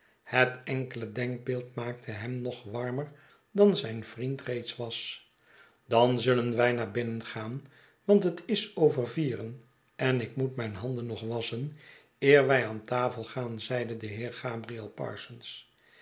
het enkele denkbeeld maakte hern nog warmer dan zijn vriend reeds was dan zullen wij naar binnen gaan want het is over vieren en ik moet mijn handen nog wasschen eer wij aan tafel gaan zeide de heer gabriel parsons